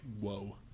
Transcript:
whoa